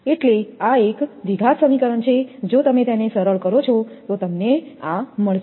તેથી આ એક દ્વિઘાત સમીકરણ છે તેને તમે સરળ કરો છો તેથી તમને મળશે